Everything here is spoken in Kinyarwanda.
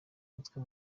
umutwe